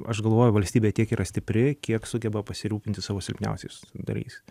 aš galvoju valstybė tiek yra stipri kiek sugeba pasirūpinti savo silpniausiais nariais